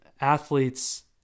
athletes